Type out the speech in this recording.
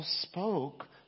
spoke